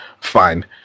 Fine